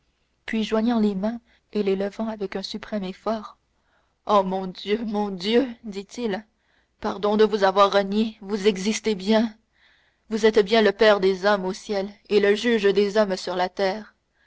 puis joignant les mains et les levant avec un suprême effort ô mon dieu mon dieu dit-il pardon de vous avoir renié vous existez bien vous êtes bien le père des hommes au ciel et le juge des hommes sur la terre